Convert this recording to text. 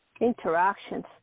interactions